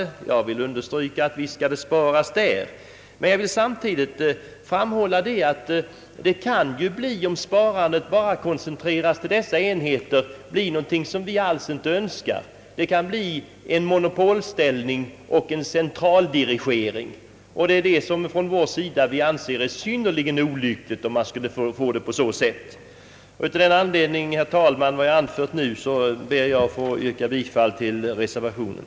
Jag vill visserligen understryka att det skall sparas där, men samtidigt vill jag framhålla att det, om sparandet bara koncentreras till dessa enheter, kan bli ett resultat som vi alls inte önskar. Det kan bli fråga om en monopolställning och en centraldirigering, vilket vi från centerpartiet anser vara synnerligen olyckligt. Av denna anledning ber jag, herr talman, med vad jag nu har anfört att få yrka bifall till reservationen.